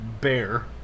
Bear